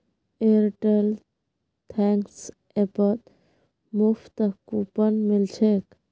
Airtel thanks ऐपत मुफ्त coupon मिल छेक